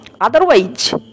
Otherwise